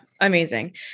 Amazing